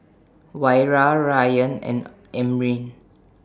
Wira Ryan and Amrin